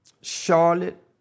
Charlotte